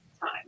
time